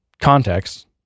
context